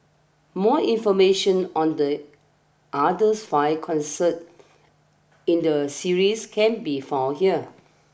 more information on the others five concerts in the series can be found here